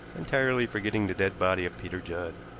entirely forgetting the dead body of peter judd,